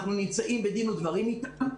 אנחנו נמצאים בדין ודברים איתם.